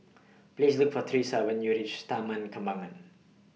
Please Look For Tresa when YOU REACH Taman Kembangan